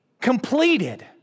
completed